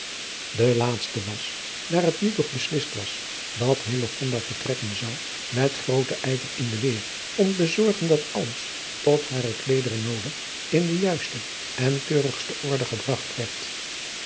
de laatste was daar het nu toch beslist was dat hillegonda vertrekken zou met grooten ijver in de weer om te zorgen dat alles tot hare kleederen noodig in de juiste en keurigste orde gebragt